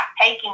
taking